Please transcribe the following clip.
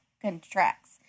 contracts